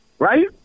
Right